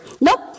Nope